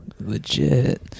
legit